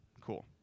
Cool